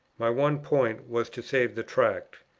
my one point was to save the tract.